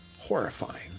horrifying